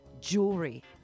jewelry